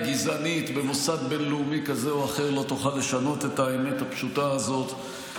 גזענית במוסד בין-לאומי כזה או אחר לא תוכל לשנות את האמת הפשוטה הזאת.